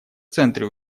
центре